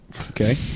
Okay